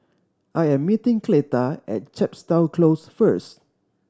I am meeting Cleta at Chepstow Close first